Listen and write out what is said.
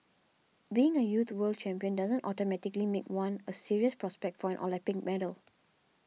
being a youth world champion doesn't automatically make one a serious prospect for an Olympic medal